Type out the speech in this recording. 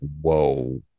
Whoa